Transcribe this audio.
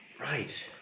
Right